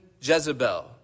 Jezebel